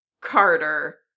Carter